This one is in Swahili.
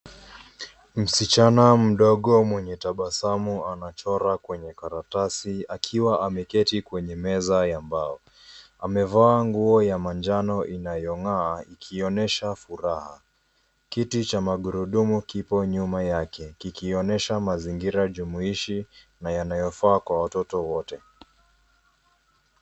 Msichana mdogo mwenye tabasamu anachora kwenye karatasi akiwa ameketi kwenye meza ya mbao amevaa nguo ya manjano inayo ngaa ikionyesha furaha kiti cha magurudumu kipo nyuma yake kikionyesha mazingira jumuishi na yanayofaa kwa watoto wote.